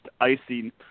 icing